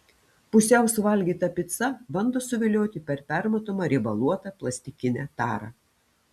pusiau suvalgyta pica bando suvilioti per permatomą riebaluotą plastikinę tarą